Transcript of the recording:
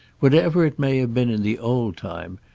whatever it may have been in the old time,